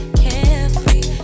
carefree